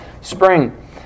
spring